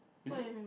is it